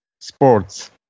sports